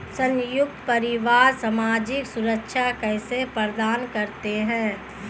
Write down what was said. संयुक्त परिवार सामाजिक सुरक्षा कैसे प्रदान करते हैं?